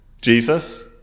Jesus